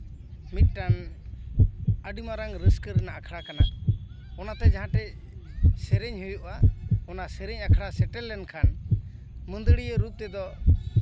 ᱢᱤᱫᱴᱟᱝ ᱟᱹᱰᱤ ᱢᱟᱨᱟᱝ ᱨᱟᱹᱥᱠᱟᱹ ᱨᱮᱱᱟᱜ ᱟᱠᱷᱲᱟ ᱠᱟᱱᱟ ᱚᱱᱟᱛᱮ ᱡᱟᱦᱟᱸ ᱴᱷᱮᱡ ᱥᱮᱨᱮᱧ ᱦᱩᱭᱩᱜᱼᱟ ᱚᱱᱟ ᱥᱮᱨᱮᱧ ᱟᱠᱷᱲᱟ ᱥᱮᱴᱮᱨ ᱞᱮᱱᱠᱷᱟᱱ ᱢᱟᱹᱫᱟᱹᱲᱤᱭᱟᱹ ᱨᱩ ᱛᱮᱫᱚ